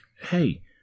hey